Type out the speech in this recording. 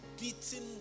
beaten